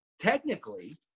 technically